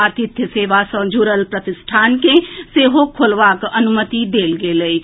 आतिथ्य सेवा सँ जुड़ल प्रतिष्ठान के सेहो खोलबाक अनुमति देल गेल अछि